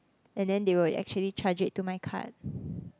and then they will actually charge it to my card